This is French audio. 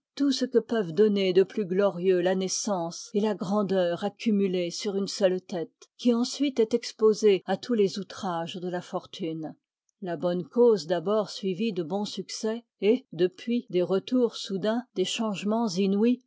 tout ce que peuvent donner de plus glorieux la naissance et la grandeur accumulée sur une seule tête qui ensuite est exposée à tous les outrages de la fortune la bonne cause d'abord suivie de bon succès et depuis des retours soudains des changements inouïs